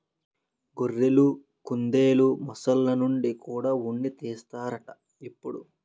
గొర్రెలు, కుందెలు, మొసల్ల నుండి కూడా ఉన్ని తీస్తన్నారట ఇప్పుడు